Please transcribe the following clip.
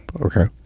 okay